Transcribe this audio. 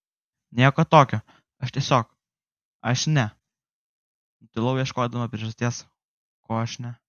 nieko tokio aš tiesiog aš ne nutilau ieškodama priežasties ko aš ne